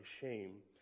shame